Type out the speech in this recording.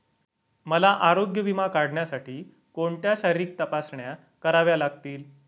मला आरोग्य विमा काढण्यासाठी कोणत्या शारीरिक तपासण्या कराव्या लागतील?